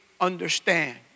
understand